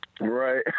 Right